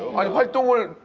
i